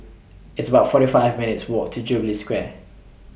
It's about forty five minutes' Walk to Jubilee Square